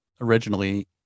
originally